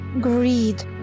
greed